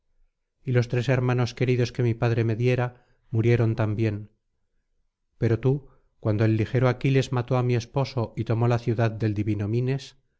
y los tres hermanos queridos que mi padre me diera murieron también pero tú cuando el ligero aquiles mató á mi esposo y tomó la ciudad del divino mines